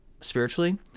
spiritually